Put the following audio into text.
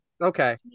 Okay